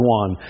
one